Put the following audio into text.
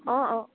অঁ অঁ